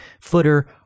footer